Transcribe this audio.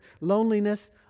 Loneliness